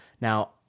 Now